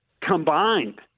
combined